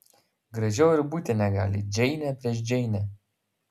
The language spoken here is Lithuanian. gražiau ir būti negali džeinė prieš džeinę